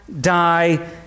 die